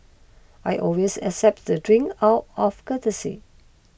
I always accept the drinks out of courtesy